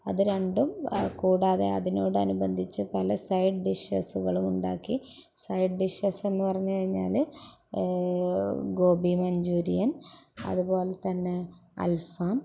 അത് രണ്ടും കൂടാതെ അതിനോട് അനുബന്ധിച്ച് പല സൈഡ് ഡിഷസ്സുകളുമുണ്ടാക്കി സൈഡ് ഡിഷസ് എന്നുപറഞ്ഞു കഴിഞ്ഞാൽ ഗോപി മഞ്ചൂരിയൻ അതുപോലെതന്നെ അൽഫാം